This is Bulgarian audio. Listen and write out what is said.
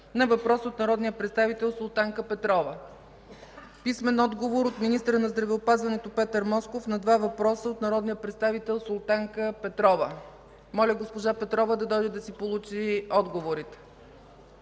на въпрос от народния представител Петър Славов. - министъра на здравеопазването Петър Москов на два въпроса от народния представител Султанка Петрова. Моля госпожа Петрова да дойде да си получи отговорите;